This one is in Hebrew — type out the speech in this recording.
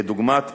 כדוגמת עיתונים,